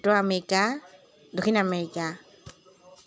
উত্তৰ আমেৰিকা দক্ষিণ আমেৰিকা